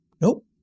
Nope